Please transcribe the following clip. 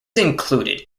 included